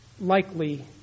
likely